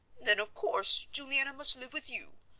then, of course, juliana must live with you!